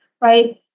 Right